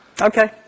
Okay